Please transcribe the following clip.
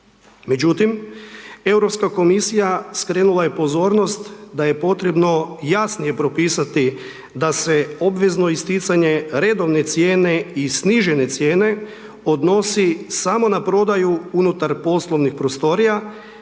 Međutim, Europska komisija, skrenula je pozornost, da je potrebno jasnije propisati, da se obvezno isticanje redovne cijene, i snižene cijene odnosi samo na prodaju unutar poslovnih prostorija,